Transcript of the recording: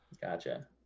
Gotcha